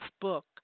book